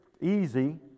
easy